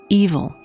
evil